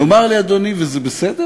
יאמר לי אדוני, וזה בסדר?